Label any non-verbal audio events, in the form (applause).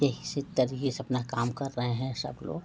यही से (unintelligible) सब अपना काम कर रहे हैं सब लोग